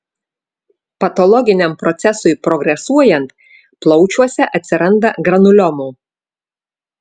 patologiniam procesui progresuojant plaučiuose atsiranda granuliomų